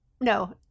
no